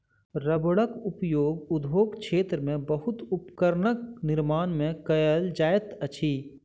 रबड़क उपयोग उद्योग क्षेत्र में बहुत उपकरणक निर्माण में कयल जाइत अछि